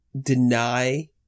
deny